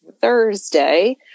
thursday